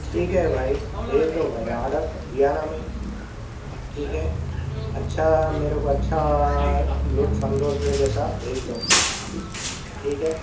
ٹھیک ہے بھائی بھیج دو بھائی آڈر دیا نا میں ٹھیک ہے اچھا میرے کو اچھا لُطف اندوز ہوئے جیسا بھیج دو ٹھیک ہے